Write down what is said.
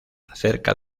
cerca